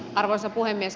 arvoisa puhemies